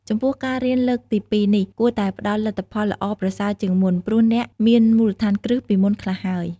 ចំពោះ ការរៀនលើកទីពីរនេះ គួរតែផ្តល់លទ្ធផលល្អប្រសើរជាងមុន ព្រោះអ្នកមានមូលដ្ឋានគ្រឹះពីមុនខ្លះហើយ។